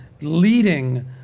leading